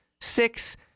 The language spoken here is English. Six